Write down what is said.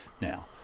now